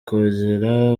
kugera